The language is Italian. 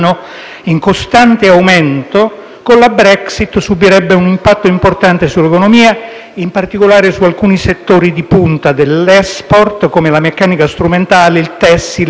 con la Brexit subirebbe un impatto importante sull'economia, in particolare su alcuni settori di punta del nostro *export*, come la meccanica strumentale, il tessile, il chimico e l'agroalimentare.